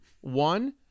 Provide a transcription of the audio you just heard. One